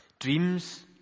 Dreams